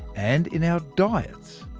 and in our diets.